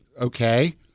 Okay